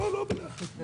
הצבעה אושר.